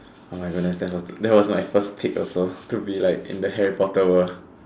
oh my goodness that that was not as specific also could be like in the Harry-Potter world